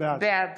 בעד